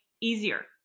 easier